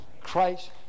Christ